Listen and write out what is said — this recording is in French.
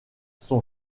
son